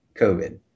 COVID